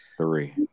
Three